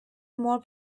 more